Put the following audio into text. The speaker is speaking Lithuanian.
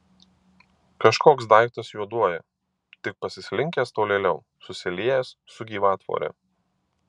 kažkoks daiktas juoduoja tik pasislinkęs tolėliau susiliejęs su gyvatvore